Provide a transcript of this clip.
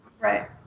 Right